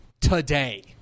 today